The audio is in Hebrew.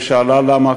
ושאלה: למה?